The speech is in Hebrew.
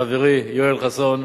חברי יואל חסון,